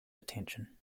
attention